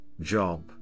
job